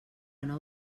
nou